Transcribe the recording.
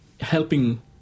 helping